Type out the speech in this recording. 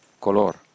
color